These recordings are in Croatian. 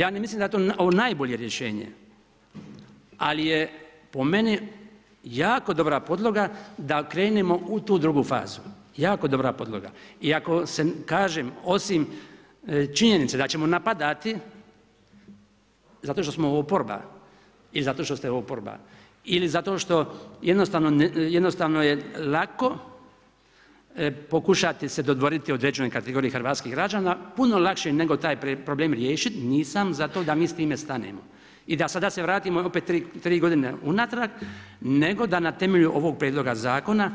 Ja ne mislim da je to najbolje rješenje, ali je po meni jako dobra podloga da krenemo u tu drugu fazu. jako dobra podloga i ako se kažem, osim činjenice da ćemo napadati zato što smo oporba ili zato što ste oporba ili zato jednostavno je lako pokušati se dodvoriti određenoj kategoriji hrvatskih građana, puno lakše nego taj problem riješit, nisam za to da mi s time stanemo i da sada se vratimo opet 3 godine unatrag nego da na temelju ovoga prijedloga zakona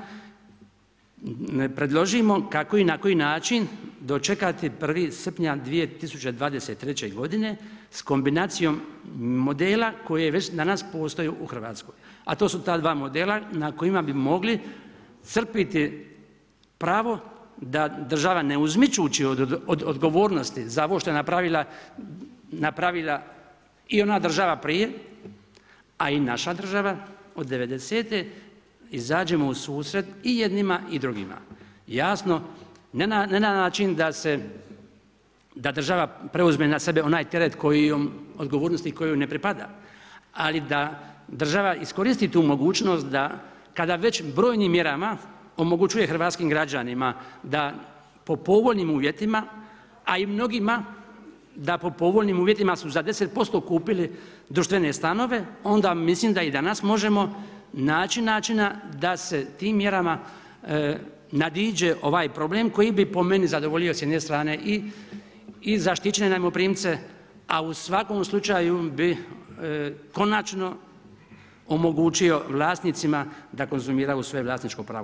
predložimo kako i na koji način dočekati 1. srpnja 2023. godine s kombinacijom modela koji već danas postoje u Hrvatskoj, a to su ta dva modela na kojima bi mogli crpiti pravo na država ne uzmičući od odgovornosti za ovo što je napravila i ona država prije a i naša država od '90-te, izađemo u susret i jednima i drugima, jasno ne na način da država preuzme na sebe onu odgovornost koja joj ne pripada, ali da država iskoristi tu mogućnost da kada već brojnim mjerama omogućuje hrvatskim građanima da po povoljnim uvjetima a i mnogima, da po povoljnim uvjetima su za 10% kupili društvene stanove, onda mislim da i danas možemo naći načina da se tim mjerama nadiđe ovaj problem koji bi po meni zadovoljio s jedne strane i zaštićene najmoprimce a i u svakom slučaju bi konačno omogućio vlasnicima da konzumiraju svoje vlasničko pravo.